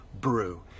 Brew